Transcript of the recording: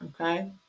Okay